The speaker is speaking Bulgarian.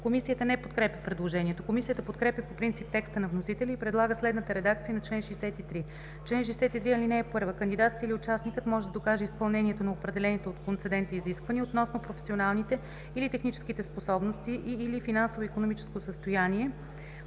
Комисията не подкрепя предложението. Комисията подкрепя по принцип текста на вносителя и предлага следната редакция на чл. 63: „Чл. 63. (1) Кандидатът или участникът може да докаже изпълнението на определените от концедента изисквания относно професионалните или техническите способности и/или финансовото и икономическото състояние